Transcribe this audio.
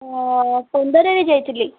ହଁ ପନ୍ଦରରେ ଯାଇଥିଲି